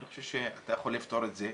אני חושב שאתה יכול לפתור את זה.